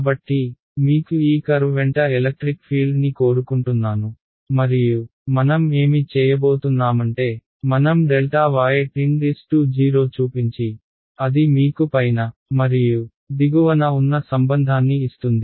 కాబట్టి మీకు ఈ కర్వ్ వెంట ఎలక్ట్రిక్ ఫీల్డ్ ని కోరుకుంటున్నాను మరియు మనం ఏమి చేయబోతున్నామంటే మనం y 0 చూపించి అది మీకు పైన మరియు దిగువన ఉన్న సంబంధాన్ని ఇస్తుంది